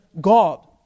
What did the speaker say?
God